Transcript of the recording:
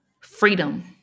freedom